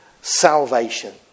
salvation